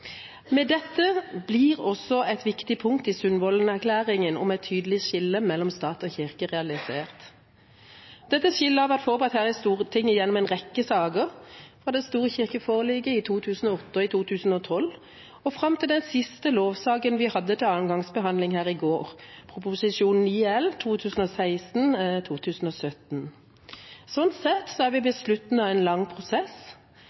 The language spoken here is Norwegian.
Med dette blir også et viktig punkt i Sundvolden-erklæringen om et tydelig skille mellom stat og kirke realisert. Dette skillet har vært forberedt her i Stortinget gjennom en rekke saker, fra det store kirkeforliket i 2008 og i 2012 og fram til den siste lovsaken vi hadde til annen gangs behandling her i går, Prop. 9 L for 2016–2017. Slik sett er vi ved slutten av en lang prosess,